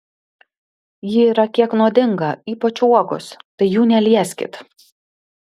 ji yra kiek nuodinga ypač uogos tai jų nelieskit